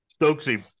Stokesy